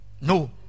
No